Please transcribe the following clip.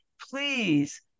please